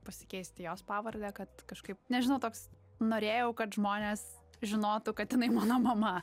pasikeist į jos pavardę kad kažkaip nežinau toks norėjau kad žmonės žinotų kad jinai mano mama